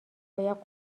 باید